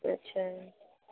अच्छा